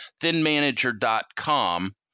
thinmanager.com